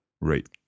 Right